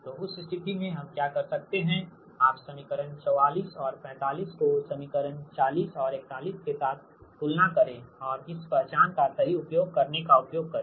तो उस स्थिति में हम क्या कर सकते हैं आप समीकरण 44 और 45 को समीकरण 40 और 41 के साथ तुलना करें और इस पहचान का सही उपयोग करने का उपयोग करें